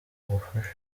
ugufasha